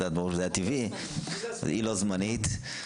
היא לא זמנית.